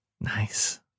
Nice